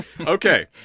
Okay